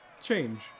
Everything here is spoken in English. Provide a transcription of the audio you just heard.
change